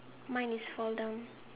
mine is fall down